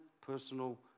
personal